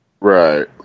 right